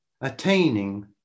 attaining